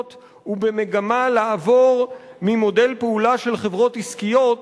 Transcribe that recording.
ובמגמה לעבור ממודל פעולה של חברות עסקיות